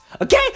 okay